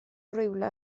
rywle